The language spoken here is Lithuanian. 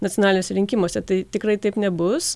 nacionaliniuose rinkimuose tai tikrai taip nebus